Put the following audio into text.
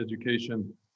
Education